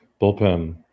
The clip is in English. bullpen